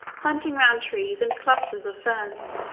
hunting round trees, and clusters of ferns,